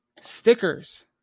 stickers